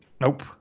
Nope